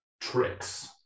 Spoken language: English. tricks